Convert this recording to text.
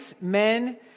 men